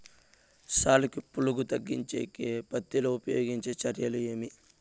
సాలుకి పులుగు తగ్గించేకి పత్తి లో ఉపయోగించే చర్యలు ఏమి?